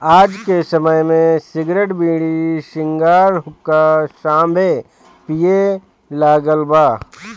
आज के समय में सिगरेट, बीड़ी, सिगार, हुक्का सभे पिए लागल बा